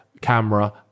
camera